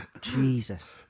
Jesus